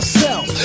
sell